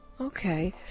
Okay